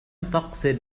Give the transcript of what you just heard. تقصد